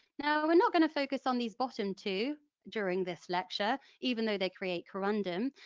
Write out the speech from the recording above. you know and not going to focus on these bottom two during this lecture, even though they create corundum,